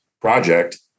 project